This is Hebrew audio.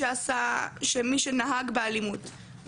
זאת אומרת יש פה איזו שהיא מערכת שכולה